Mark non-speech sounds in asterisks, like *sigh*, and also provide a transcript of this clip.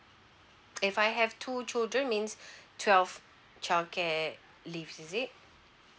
*noise* if I have two children means *breath* twelve childcare leave is it